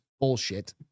bullshit